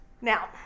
Now